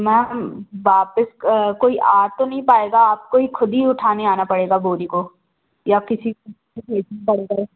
ma'am वापस कोई आ तो नहीं पाएगा आपको ही ख़ुद ही उठाने आना पड़ेगा बोरी को या आप किसी को भेजना पड़ेगा